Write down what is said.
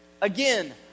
Again